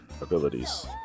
abilities